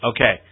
Okay